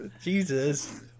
Jesus